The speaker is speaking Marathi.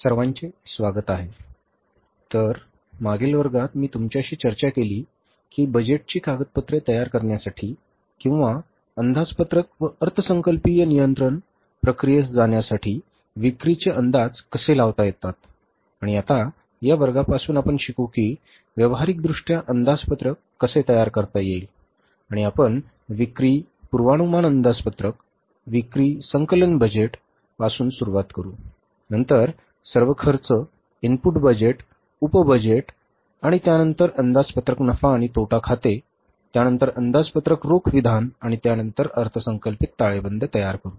सर्वांचे स्वागत आहे तर मागील वर्गात मी तुमच्याशी चर्चा केली की बजेटची कागदपत्रे तयार करण्यासाठी किंवा अंदाजपत्रक व अर्थसंकल्पीय नियंत्रण प्रक्रियेस जाण्यासाठी विक्रीचे अंदाज कसे लावता येतात आणि आता या वर्गापासून आपण शिकू कि व्यावहारिकदृष्ट्या अंदाजपत्रक कसे तयार करता येईल आणि आपण विक्री पूर्वानुमान अंदाजपत्रक विक्री संकलन बजेट पासून सुरूवात करु नंतर सर्व खर्च इनपुट बजेट उप बजेट आणि त्यानंतर अंदाजपत्रक नफा आणि तोटा खाते त्यानंतर अंदाजपत्रक रोख विधान आणि त्यानंतर अर्थसंकल्पित ताळेबंद तयार करणे